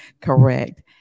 correct